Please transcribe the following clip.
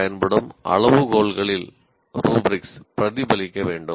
பிரதிபலிக்க வேண்டும்